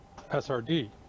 SRD